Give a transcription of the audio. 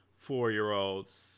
four-year-olds